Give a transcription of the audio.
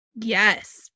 Yes